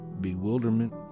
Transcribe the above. bewilderment